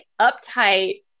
uptight